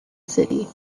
city